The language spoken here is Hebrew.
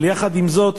אבל יחד עם זאת,